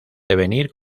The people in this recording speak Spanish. devenir